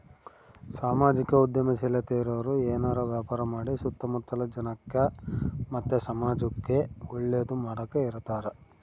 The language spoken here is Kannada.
ಸಾಮಾಜಿಕ ಉದ್ಯಮಶೀಲತೆ ಇರೋರು ಏನಾರ ವ್ಯಾಪಾರ ಮಾಡಿ ಸುತ್ತ ಮುತ್ತಲ ಜನಕ್ಕ ಮತ್ತೆ ಸಮಾಜುಕ್ಕೆ ಒಳ್ಳೇದು ಮಾಡಕ ಇರತಾರ